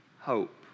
hope